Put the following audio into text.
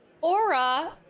aura